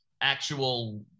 actual